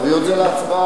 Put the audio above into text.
תביאו את זה להצבעה.